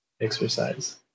exercise